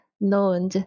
known